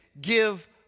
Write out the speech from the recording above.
give